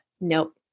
nope